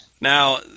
Now